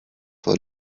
for